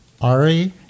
Ari